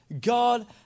God